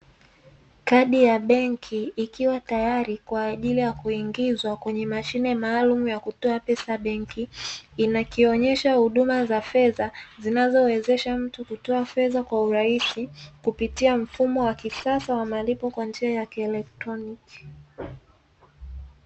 Kadi ya benki ikiwa tayari kwa ajili ya kuingizwa kwenye mashine maalumu ya kutoa pesa benki. Inakionyesha huduma za fedha zinazowezesha mtu kutoa fedha kwa urahisi kupitia mfumo wa kisasa wa malipo kwa njia ya kieletroniki.